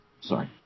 Sorry